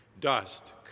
Dust